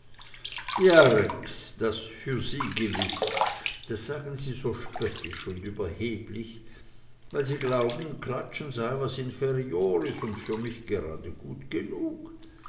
ja rex das für sie gewiß das sagen sie so spöttisch und überheblich weil sie glauben klatschen sei was inferiores und für mich gerade gut genug